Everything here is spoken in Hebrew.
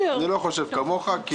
אני לא חושב כמוך.